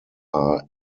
are